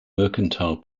mercantile